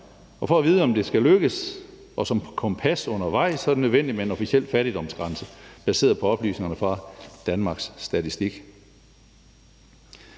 og for at vide, om det lykkes, og som kompas undervejs er det nødvendigt med en officiel fattigdomsgrænse baseret på oplysningerne fra Danmarks Statistik.